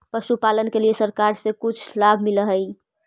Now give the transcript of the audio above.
पशुपालन के लिए सरकार से भी कुछ लाभ मिलै हई?